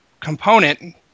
component